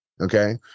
Okay